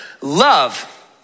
love